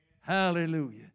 Hallelujah